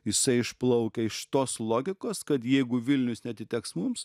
jisai išplaukia iš tos logikos kad jeigu vilnius neatiteks mums